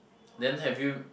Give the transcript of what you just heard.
then have you